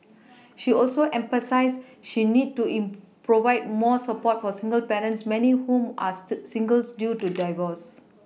she also emphasised she need to in provide more support for single parents many of whom ask single due to divorce